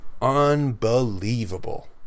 Unbelievable